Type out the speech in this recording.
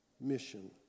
mission